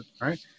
right